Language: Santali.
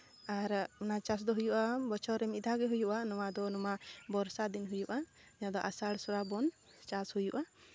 ᱟᱨ ᱚᱱᱟ ᱪᱟᱥ ᱫᱚ ᱦᱩᱭᱩᱜᱼᱟ ᱵᱚᱪᱷᱚᱨ ᱨᱮ ᱢᱤᱫ ᱫᱷᱟᱣᱜᱮ ᱦᱩᱭᱩᱜᱼᱟ ᱱᱚᱣᱟ ᱫᱚ ᱱᱚᱣᱟ ᱵᱚᱨᱥᱟᱫᱤᱱ ᱦᱩᱭᱩᱜᱼᱟ ᱡᱟᱦᱟᱸ ᱫᱚ ᱟᱥᱟᱲ ᱥᱨᱟᱵᱚᱱ ᱪᱟᱥ ᱦᱩᱭᱩᱜᱼᱟ